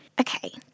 Okay